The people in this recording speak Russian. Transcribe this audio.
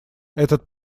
этот